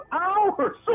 hours